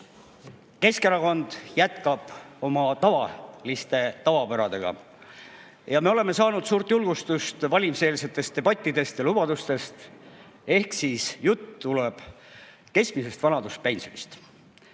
Keskerakond jätkab oma tavaliste tavapäradega. Me oleme saanud suurt julgustust valimiseelsetest debattidest ja lubadustest. Ehk siis jutt tuleb keskmisest vanaduspensionist.